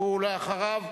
ואחריו,